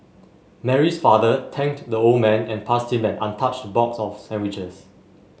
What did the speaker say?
Mary's father thanked the old man and passed him an untouched box of sandwiches